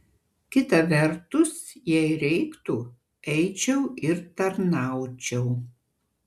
kita vertus jei reiktų eičiau ir tarnaučiau